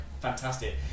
Fantastic